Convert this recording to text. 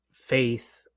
faith